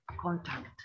contact